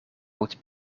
moet